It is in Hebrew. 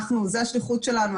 זה השליחות שלנו.